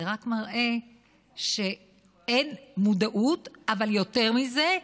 זה רק מראה שאין מודעות, אבל יותר מזה,